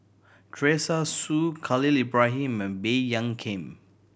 Teresa Hsu Khalil Ibrahim and Baey Yam Keng